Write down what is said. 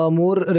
more